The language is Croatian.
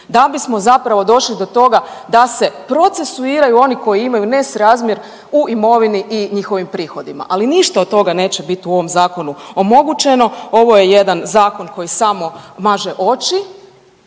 da bismo zapravo došli do toga da se procesuiraju oni koji imaju nesrazmjer u imovini i njihovim prihodima, ali ništa od toga neće bit u ovom zakonu omogućeno. Ovo je jedan zakon koji samo maže oči